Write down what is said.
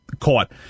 caught